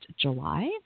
July